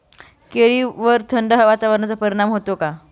केळीवर थंड वातावरणाचा परिणाम होतो का?